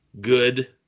good